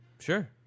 Sure